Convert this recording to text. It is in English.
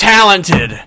Talented